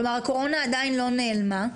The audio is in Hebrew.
כלומר, הקורונה עדיין לא נעלמה.